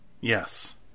Yes